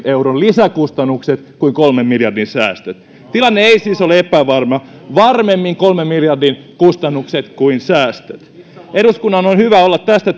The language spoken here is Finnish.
euron lisäkustannukset kuin kolmen miljardin säästöt tilanne ei siis ole epävarma varmemmin kolmen miljardin kustannukset kuin säästöt eduskunnan on hyvä olla tästä